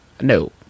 No